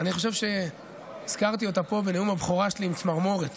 אני חושב שהזכרתי אותה פה בנאום הבכורה שלי עם צמרמורת.